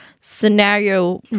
scenario